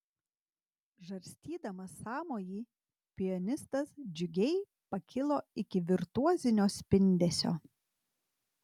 žarstydamas sąmojį pianistas džiugiai pakilo iki virtuozinio spindesio